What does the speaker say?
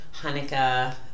Hanukkah